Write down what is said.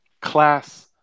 class